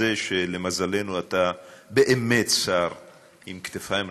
שלמזלנו אתה באמת שר עם כתפיים רחבות,